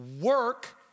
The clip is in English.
work